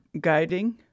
guiding